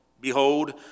behold